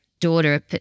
daughter